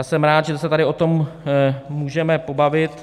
Jsem rád, že se tady o tom můžeme pobavit.